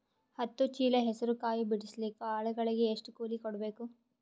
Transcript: ಹತ್ತು ಚೀಲ ಹೆಸರು ಕಾಯಿ ಬಿಡಸಲಿಕ ಆಳಗಳಿಗೆ ಎಷ್ಟು ಕೂಲಿ ಕೊಡಬೇಕು?